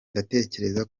ndatekereza